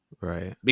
right